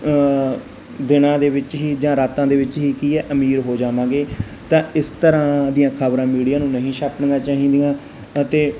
ਦਿਨਾਂ ਦੇ ਵਿੱਚ ਹੀ ਜਾਂ ਰਾਤਾਂ ਦੇ ਵਿੱਚ ਹੀ ਕੀ ਐ ਅਮੀਰ ਹੋ ਜਾਵਾਂਗੇ ਤਾਂ ਇਸ ਤਰ੍ਹਾਂ ਦੀਆਂ ਖਬਰਾਂ ਮੀਡੀਆ ਨੂੰ ਨਹੀਂ ਛਾਪਣੀਆਂ ਚਾਹੀਦੀਆਂ ਅਤੇ